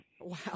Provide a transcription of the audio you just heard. Wow